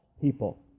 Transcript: people